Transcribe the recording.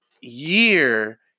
year